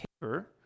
paper